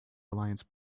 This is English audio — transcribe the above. alliance